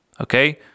Okay